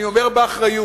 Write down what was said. אני אומר באחריות,